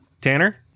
Tanner